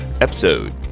Episode